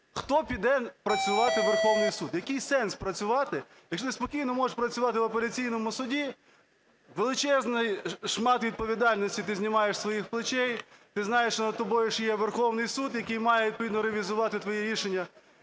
Хто піде працювати у Верховний Суд? Який сенс працювати, якщо ти спокійно можеш працювати в Апеляційному суді, величезний шмат відповідальності ти знімаєш з своїх плечей, ти знаєш, що над тобою ще є Верховний Суд, який має відповідно ревізувати твоє рішення.